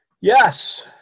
Yes